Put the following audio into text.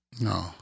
No